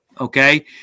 okay